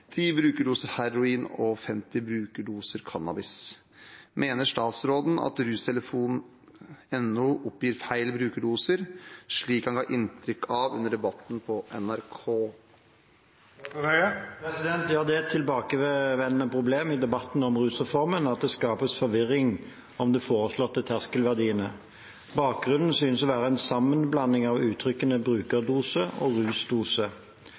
brukerdoser heroin og 50 brukerdoser cannabis. Mener statsråden at rustelefon.no oppgir feil brukerdoser, slik han ga inntrykk av under Debatten på NRK?» Ja, det er et tilbakevendende problem i debatten om rusreformen at det skapes forvirring om de foreslåtte terskelverdiene. Bakgrunnen synes å være en sammenblanding av uttrykkene brukerdose og rusdose.